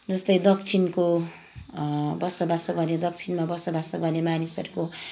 जस्तै दक्षिणको बसोबासो भने दक्षिणमा बसोबासो गर्ने मानिसहरूको